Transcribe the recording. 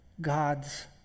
God's